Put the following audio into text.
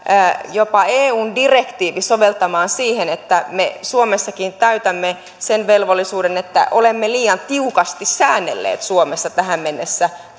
jopa eun direktiiviä soveltamaan siihen että me suomessakin täytämme sen velvollisuuden että olemme liian tiukasti säännelleet suomessa tähän mennessä